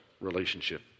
relationship